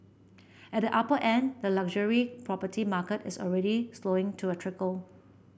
at the upper end the luxury property market is already slowing to a trickle